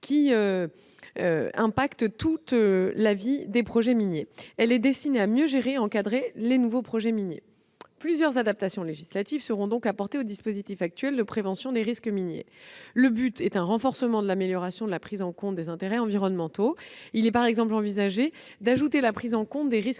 qui concernent toute la vie des projets miniers. Cette réforme est destinée à mieux gérer et encadrer les nouveaux projets miniers. Plusieurs adaptations législatives seront donc apportées au dispositif actuel de prévention des risques miniers. Le but est d'améliorer encore la prise en compte des intérêts environnementaux. Il est par exemple envisagé d'ajouter la prise en compte des risques